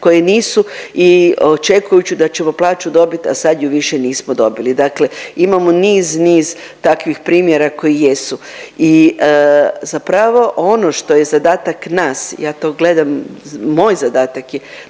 koje nisu i očekujući da ćemo plaću dobit, a sad ju više nismo dobili. Dakle, imamo niz, niz takvih primjera koji jesu. I zapravo ono što je zadatak nas, ja to gledam moj zadatak je